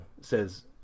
says